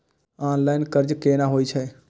Online कर्ज केना होई छै?